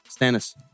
Stannis